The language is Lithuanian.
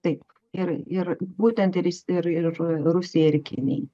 taip ir ir būtent ir ir ir rusijai ir kinijai